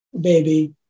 baby